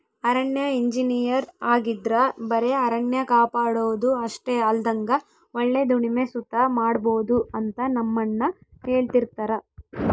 ಅರಣ್ಯ ಇಂಜಿನಯರ್ ಆಗಿದ್ರ ಬರೆ ಅರಣ್ಯ ಕಾಪಾಡೋದು ಅಷ್ಟೆ ಅಲ್ದಂಗ ಒಳ್ಳೆ ದುಡಿಮೆ ಸುತ ಮಾಡ್ಬೋದು ಅಂತ ನಮ್ಮಣ್ಣ ಹೆಳ್ತಿರ್ತರ